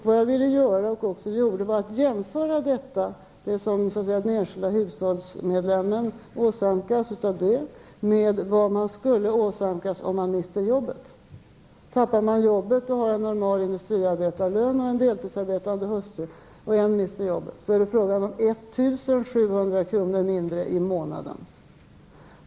Vad jag ville göra, och också gjorde, var att jämföra vad den enskilda hushållsmedlemmen åsamkas med vad man skulle åsamkas om man miste jobbet. Om man har en familj som består av en man med normal industriarbetarlön och en deltidsarbetande hustru och en av dem mister jobbet, är det fråga om 1 700 kr. mindre i månaden.